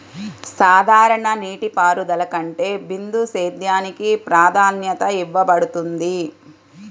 సాధారణ నీటిపారుదల కంటే బిందు సేద్యానికి ప్రాధాన్యత ఇవ్వబడుతుంది